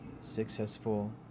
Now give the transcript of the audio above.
successful